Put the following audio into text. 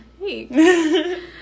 Hey